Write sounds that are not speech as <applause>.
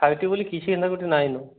five ଟି ବୋଲି କିଛି <unintelligible> ଗୋଟେ ନାଇ ନ